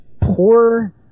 poor